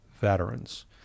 veterans